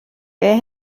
wer